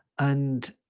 and